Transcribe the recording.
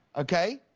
okay?